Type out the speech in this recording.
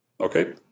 Okay